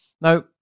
now